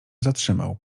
zatrzymał